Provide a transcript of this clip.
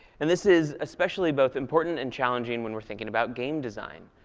and this is especially both important and challenging when we're thinking about game design.